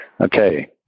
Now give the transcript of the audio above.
okay